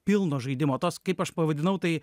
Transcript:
pilno žaidimo tos kaip aš pavadinau tai